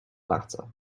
latter